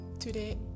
Today